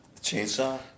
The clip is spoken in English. Chainsaw